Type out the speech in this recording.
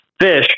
fish